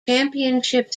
championship